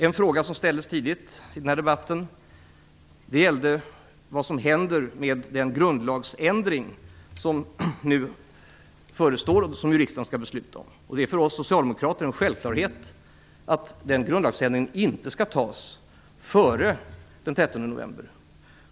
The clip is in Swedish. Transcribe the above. En fråga som ställdes tidigare i debatten gällde vad som händer med den förestående grundlagsändring som riksdagen nu skall fatta beslut om. För oss socialdemokrater är det en självklarhet att beslut om den grundlagsändringen inte skall fattas före den 13 november.